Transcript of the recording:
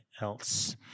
else